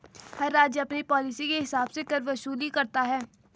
हर राज्य अपनी पॉलिसी के हिसाब से कर वसूली करता है